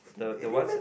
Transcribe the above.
the the one had